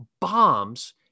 bombs